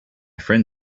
friend